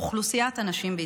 אוכלוסיית הנשים בישראל,